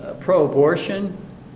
pro-abortion